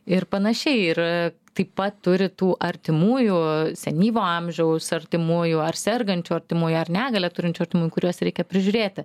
ir panašiai ir taip pat turi tų artimųjų senyvo amžiaus artimųjų ar sergančių artimųjų ar negalią turinčių artimųjų kuriuos reikia prižiūrėti